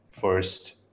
first